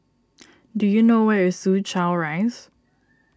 do you know where is Soo Chow Rise